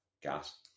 gas